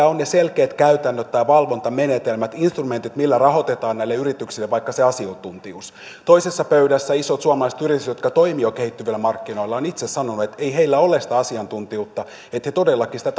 ovat ne selkeät käytännöt tai valvontamenetelmät instrumentit millä rahoitetaan näille yrityksille vaikka se asiantuntijuus toisessa pöydässä isot suomalaiset yritykset jotka toimivat jo kehittyvillä markkinoilla ovat itse sanoneet että ei heillä ole sitä asiantuntijuutta että he todellakin sitä